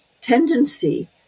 tendency